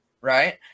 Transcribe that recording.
Right